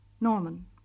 Norman